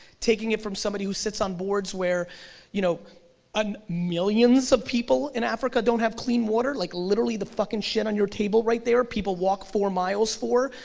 taking it from somebody who sits on boards where you know and millions of people in africa don't have clean water, like literally the fucking shit on your table right there people walk four miles for,